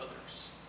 others